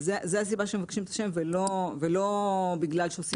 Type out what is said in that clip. זאת הסיבה שמבקשים את השם ולא בגלל שעושים הצלבה.